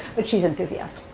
but she's enthusiastic.